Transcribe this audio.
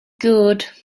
good